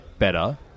Better